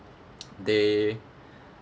they